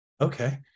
Okay